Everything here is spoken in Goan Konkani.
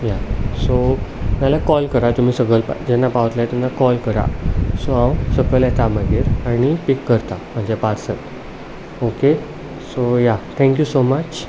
या सो नाजाल्या कॉल करा तुमी सकल जेन्ना सकयल पावतले तेन्ना कॉल करा सो हांव सकयल येतां मागीर आनी पीक करता म्हजें parcel okay so yeah thank you so much